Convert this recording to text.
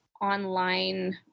online